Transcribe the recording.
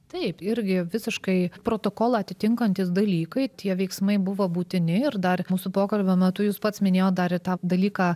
taip irgi visiškai protokolą atitinkantys dalykai tie veiksmai buvo būtini ir dar mūsų pokalbio metu jūs pats minėjot dar ir tą dalyką